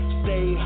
stay